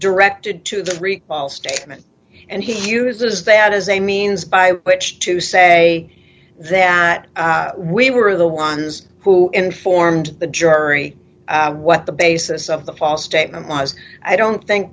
directed to the recall statement and he uses that as a means by which to say that we were the ones who informed the jury what the basis of the false statement was i don't think